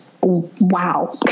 wow